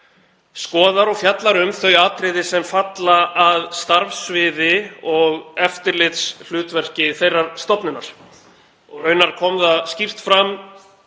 skoðar og fjallar um þau atriði sem falla að starfssviði og eftirlitshlutverki þeirrar stofnunar. Raunar kom það skýrt fram